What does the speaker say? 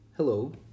Hello